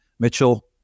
Mitchell